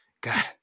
god